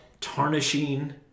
tarnishing